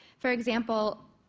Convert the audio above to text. for example,